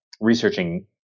researching